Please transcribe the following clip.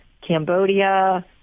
Cambodia